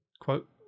quote